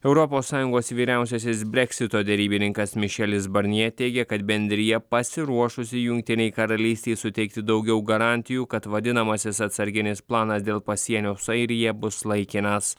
europos sąjungos vyriausiasis breksito derybininkas mišelis barnjė teigia kad bendrija pasiruošusi jungtinei karalystei suteikti daugiau garantijų kad vadinamasis atsarginis planas dėl pasienio su airija bus laikinas